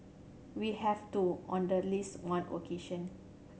we have too on the least one occasion